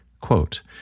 Quote